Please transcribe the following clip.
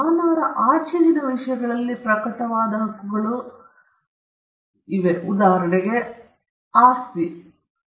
ಮಾನವರ ಆಚೆಗಿನ ವಿಷಯಗಳಲ್ಲಿ ಪ್ರಕಟವಾದ ಹಕ್ಕುಗಳು ಉದಾಹರಣೆಗೆ ಆಸ್ತಿಯಲ್ಲಿವೆ